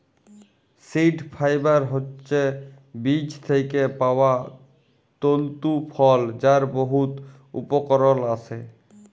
seed fibre হছে বীজ থ্যাইকে পাউয়া তল্তু ফল যার বহুত উপকরল আসে